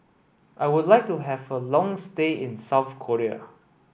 I would like to have a long stay in South Korea